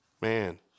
man